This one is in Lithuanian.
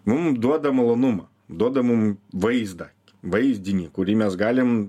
mum duoda malonumą duoda mum vaizdą vaizdinį kurį mes galim